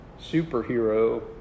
superhero